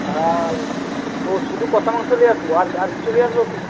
আর ও শুধু কষা মাংস নিয়ে আসব আর আর কিছু নিয়ে আসব কি